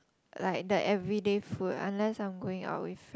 like the everyday food unless I'm going out with